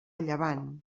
llevant